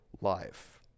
life